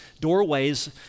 doorways